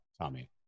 Tommy